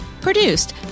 produced